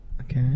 okay